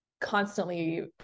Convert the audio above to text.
constantly